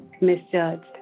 Misjudged